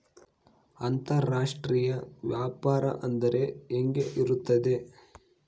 ಅಂತರಾಷ್ಟ್ರೇಯ ವ್ಯಾಪಾರ ಅಂದರೆ ಹೆಂಗೆ ಇರುತ್ತದೆ?